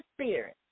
Spirit